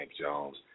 Jones